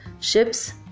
ships